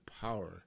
power